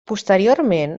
posteriorment